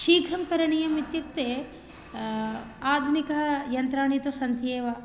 शीघ्रं करणीयमित्युक्ते आधुनिकयन्त्राणि तु सन्ति एव